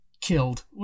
killed